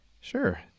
Sure